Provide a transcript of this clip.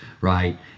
right